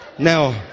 Now